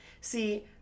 See